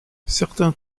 certains